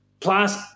Plus